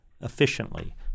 efficiently